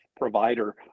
provider